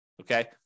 Okay